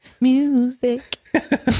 music